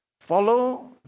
Follow